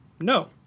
No